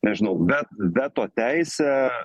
nežinau vet veto teisą